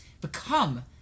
become